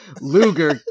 Luger